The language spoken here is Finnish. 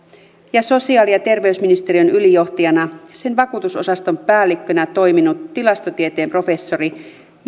ja sosiaali ja terveysministeriön ylijohtajana sen vakuutusosaston päällikkönä toiminut tilastotieteen professori